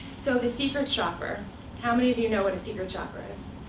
so the secret shopper how many of you know what a secret shopper is?